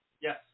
Yes